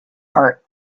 are